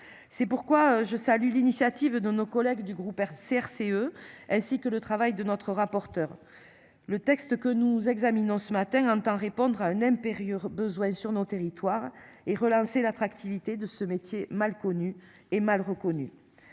C'est pourquoi je salue l'initiative de nos collègues du groupe CRCE ainsi que le travail de notre rapporteure le texte que nous examinons ce matin entend répondre à un impérieux besoin sur nos territoires et relancer l'attractivité de ce métier mal connu et mal reconnu.